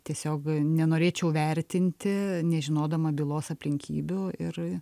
tiesiog nenorėčiau vertinti nežinodama bylos aplinkybių ir